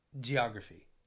geography